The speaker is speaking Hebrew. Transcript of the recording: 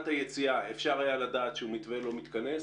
היציאה אפשר היה לדעת שהוא מתווה לא מתכנס.